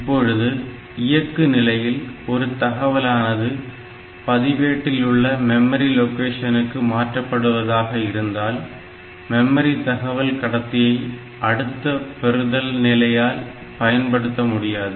இப்பொழுது இயக்கு நிலையில் ஒரு தகவலானது பதிவேட்டில் உள்ள மெமரி லொகேஷனுக்கு மாற்றப்படுவதாக இருந்தால் மெமரி தகவல் கடத்தியை அடுத்த பெறுதல் நிலையால் பயன்படுத்த முடியாது